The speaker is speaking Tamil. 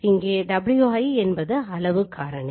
இங்கே wi என்பது அளவு காரணி